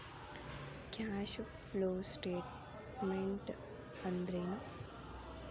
Cash flow statement ಅಂದ್ರೇನು?